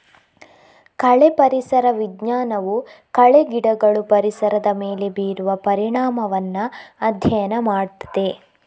ಕಳೆ ಪರಿಸರ ವಿಜ್ಞಾನವು ಕಳೆ ಗಿಡಗಳು ಪರಿಸರದ ಮೇಲೆ ಬೀರುವ ಪರಿಣಾಮವನ್ನ ಅಧ್ಯಯನ ಮಾಡ್ತದೆ